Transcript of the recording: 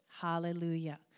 Hallelujah